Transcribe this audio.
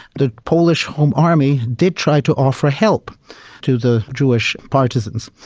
the polish home army did try to offer help to the jewish partisans,